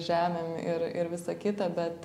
žemėm ir ir visa kita bet